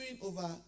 over